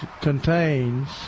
contains